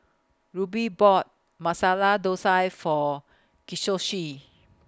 Rube bought Masala Dosa For